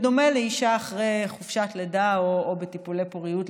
בדומה לאישה אחרי חופשת לידה או בטיפולי פוריות,